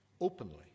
openly